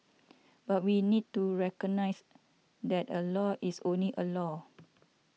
but we need to recognise that a law is only a law